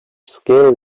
scale